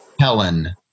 Helen